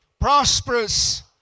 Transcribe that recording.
prosperous